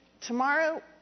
tomorrow